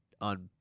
on